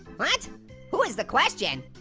what who is the question?